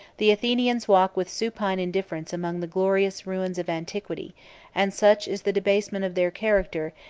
the athenians walk with supine indifference among the glorious ruins of antiquity and such is the debasement of their character,